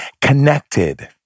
connected